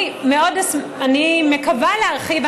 אני מקווה להרחיב.